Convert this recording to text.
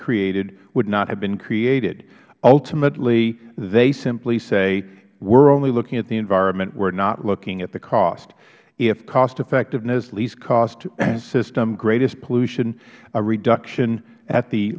created would not have been created ultimately they simply say we are only looking at the environment we are not looking at the cost if cost effectiveness least cost to the system greatest pollution reduction at the